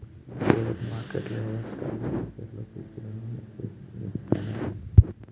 share market లేదా stock మార్కెట్లో సూచీలను సెన్సెక్స్, నిఫ్టీ అని అంటుండ్రు